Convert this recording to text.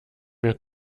mir